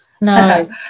no